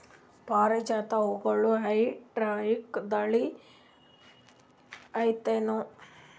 ಪಾರಿಜಾತ ಹೂವುಗಳ ಹೈಬ್ರಿಡ್ ಥಳಿ ಐತೇನು?